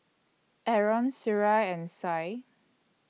Aaron Suria and Syed